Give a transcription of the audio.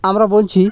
আমরা বলছি